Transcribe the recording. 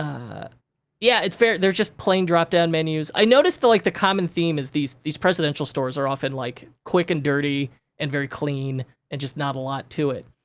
yeah, it's fair, they're just plain dropdown menus. i noticed, like, the common theme is these these presidential stores are often, like, quick and dirty and very clean and just not a lot to it.